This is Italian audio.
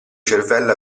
cervello